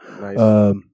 Nice